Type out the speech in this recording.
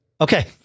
Okay